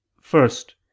first